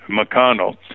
McConnell